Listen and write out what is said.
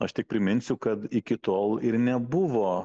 aš tik priminsiu kad iki tol ir nebuvo